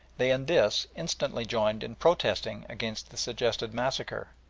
they in this instantly joined in protesting against the suggested massacre.